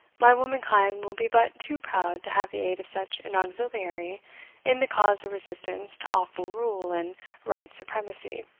my womankind will be but too proud to have the aid of such an auxiliary in the cause of resistance to awful rule and right supremacy.